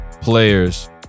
players